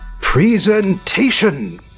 Presentation